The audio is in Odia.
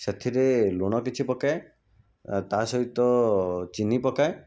ସେଥିରେ ଲୁଣ କିଛି ପକାଏ ଆଉ ତା ସହିତ ଚିନି ପକାଏ